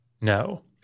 No